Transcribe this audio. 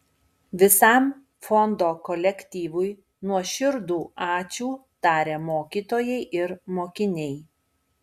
visam fondo kolektyvui nuoširdų ačiū taria mokytojai ir mokiniai